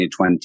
2020